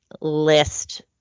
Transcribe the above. list